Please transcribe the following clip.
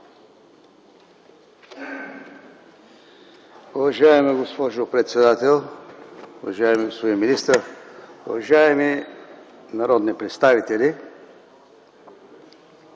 Уважаема госпожо председател, уважаеми господин министър, уважаеми народни представители!